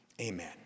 Amen